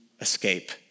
escape